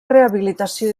rehabilitació